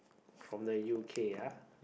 from the u_k ah